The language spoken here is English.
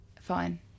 fine